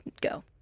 go